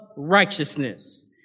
righteousness